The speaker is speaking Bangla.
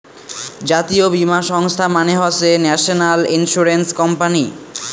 জাতীয় বীমা সংস্থা মানে হসে ন্যাশনাল ইন্সুরেন্স কোম্পানি